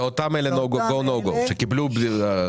זכאים זה אותם go/no go, שקיבלו בלי.